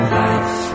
life